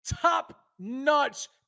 top-notch